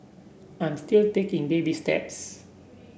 I'm still taking baby steps